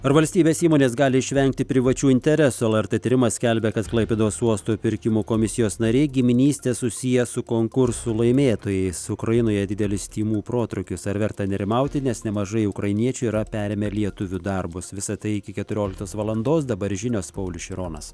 ar valstybės įmonės gali išvengti privačių interesų lrt tyrimas skelbia kad klaipėdos uosto pirkimų komisijos nariai giminyste susiję su konkursų laimėtojais ukrainoje didelis tymų protrūkius ar verta nerimauti nes nemažai ukrainiečių yra perėmę lietuvių darbus visa tai iki keturioliktos valandos dabar žinios paulius šironas